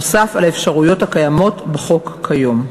נוסף על האפשרויות הקיימות בחוק כיום.